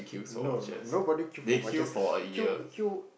no nobody queue for watches queue queue